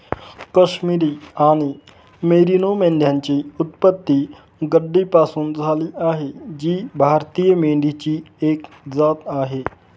काश्मिरी आणि मेरिनो मेंढ्यांची उत्पत्ती गड्डीपासून झाली आहे जी भारतीय मेंढीची एक जात आहे